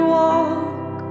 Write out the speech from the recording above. walk